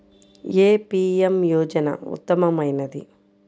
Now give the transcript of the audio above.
ఏ PM యోజన ఉత్తమమైనది?